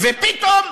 ופתאום